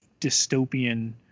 dystopian